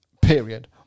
period